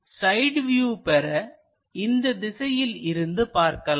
இனி side view பெற இந்த திசையில் இருந்து பார்க்கலாம்